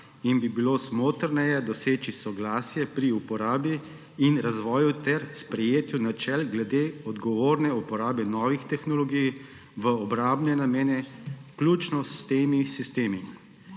in bi bilo smotrneje doseči soglasje pri uporabi in razvoju ter sprejetju načel glede odgovorne uporabe novih tehnologij v obrambne namene, vključno s temi sistemi.